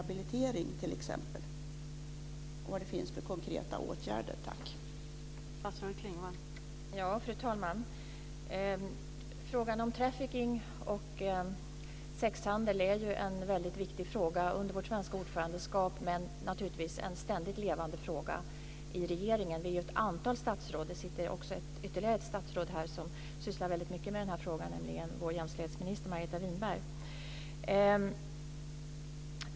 Fru talman! Frågan om trafficking och sexhandel är en väldigt viktig fråga under vårt svenska ordförandeskap, men det är naturligtvis en ständigt levande fråga i regeringen. Vi är ju ett antal statsråd som sysslar med detta. Det sitter ytterligare ett statsråd här som sysslar väldigt mycket med den här frågan, nämligen vår jämställdhetsminister Margareta Winberg.